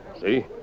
See